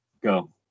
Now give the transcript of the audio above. Go